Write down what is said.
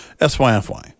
S-Y-F-Y